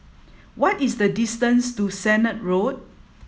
what is the distance to Sennett Road